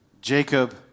Jacob